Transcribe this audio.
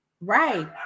right